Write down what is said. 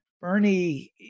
Bernie